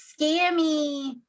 scammy